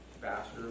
faster